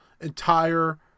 entire